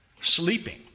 sleeping